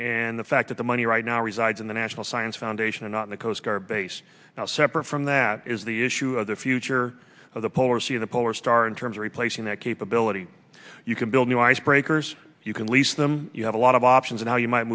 and the fact that the money right now resides in the national science foundation and on the coast guard base now separate from that is the issue of the future of the polar sea the polar star in terms of replacing that capability you can build new icebreakers you can lease them you have a lot of options and how you might